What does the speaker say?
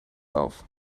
auf